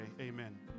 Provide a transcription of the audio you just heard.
Amen